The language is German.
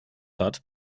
hat